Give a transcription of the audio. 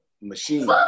machine